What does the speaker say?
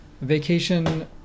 vacation